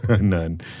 None